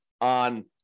on